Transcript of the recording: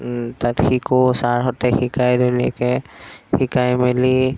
তাত শিকোঁ ছাৰহঁতে শিকায় ধুনীয়াকৈ শিকাই মেলি